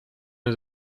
his